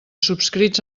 subscrits